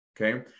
okay